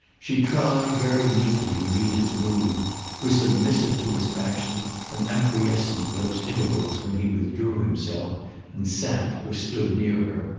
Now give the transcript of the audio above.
she tried, very meekly, to meet his mood was submissive to his passion and acquiescent to those intervals when he withdrew himself and sat or stood near her,